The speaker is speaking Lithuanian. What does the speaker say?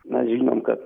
mes žinom kad